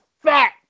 fat